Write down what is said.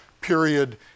period